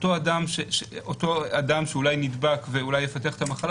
אותו אדם שאולי נדבק ואולי יפתח את המחלה